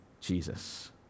Jesus